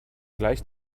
gleich